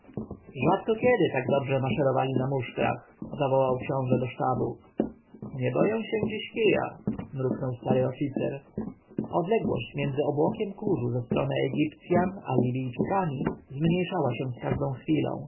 rzadko kiedy tak dobrze maszerowali na musztrach zawołał książę do sztabu nie boją się dziś kija mruknął stary oficer odległość między obłokiem kurzu ze strony egipcjan a libijczykami zmniejszała się z każdą chwilą